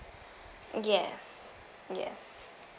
yes yes